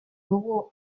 dugu